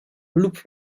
lub